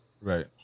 Right